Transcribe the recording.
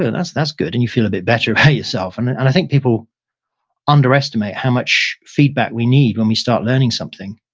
ah and that's that's good, and you feel a bit better about yourself and and and i think people underestimate how much feedback we need when we start learning something.